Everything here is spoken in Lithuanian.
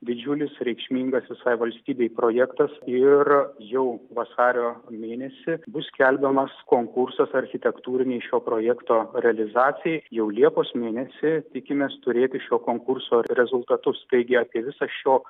didžiulis reikšmingas visai valstybei projektas ir jau vasario mėnesį bus skelbiamas konkursas architektūrinei šio projekto realizacijai jau liepos mėnesį tikimės turėti šio konkurso rezultatus taigi apie visą šio